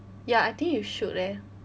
ya I think you should leh